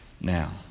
Now